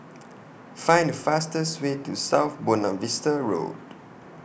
Find The fastest Way to South Buona Vista Road